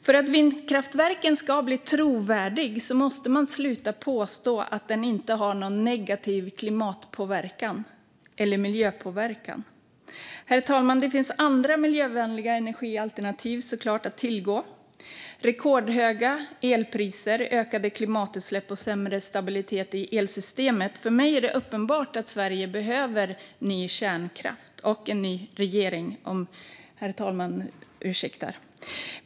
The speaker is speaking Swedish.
För att vindkraften ska bli trovärdig måste man sluta påstå att den inte har någon negativ klimatpåverkan eller miljöpåverkan. Herr talman! Det finns såklart andra miljövänliga energialternativ att tillgå. Det är rekordhöga elpriser, ökade klimatutsläpp och sämre stabilitet i elsystemet. För mig är det uppenbart att Sverige behöver ny kärnkraft och en ny regering, om herr talmannen ursäktar.